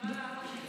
אני יכולה לעלות,